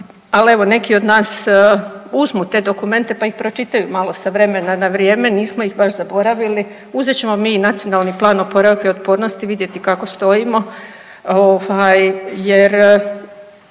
al evo neki od nas uzmu te dokumente pa ih pročitaju malo sa vremena na vrijeme, nismo ih baš zaboravili, uzet ćemo mi i NPOO i vidjeti kako stojimo.